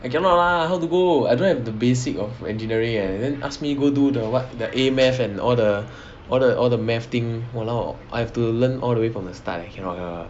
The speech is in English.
I cannot lah how to go I don't have the basic of engineering eh then ask me go do the what the A math and all the all the all the math thing !walao! I have to learn all the way from the start leh cannot cannot cannot